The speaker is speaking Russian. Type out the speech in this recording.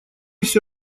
всё